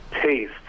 taste